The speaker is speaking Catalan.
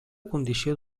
condició